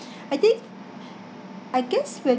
I think I guess when